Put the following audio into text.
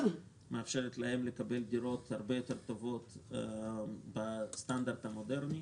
מאפשרת להם לקבל דירות הרבה יותר טובות בסטנדרט המודרני,